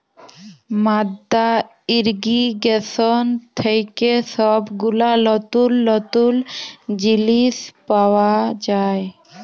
মাদ্দা ইর্রিগেশন থেক্যে সব গুলা লতুল লতুল জিলিস পাওয়া যায়